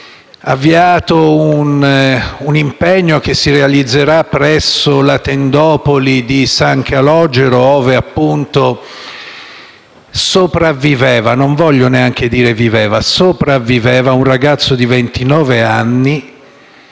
avviato un impegno che si realizzerà presso la tendopoli di San Calogero, ove, appunto, sopravviveva - non voglio neanche dire «viveva» - un ragazzo di ventinove